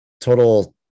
total